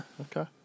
Okay